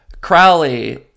Crowley